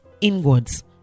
inwards